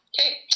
Okay